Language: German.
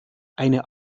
eine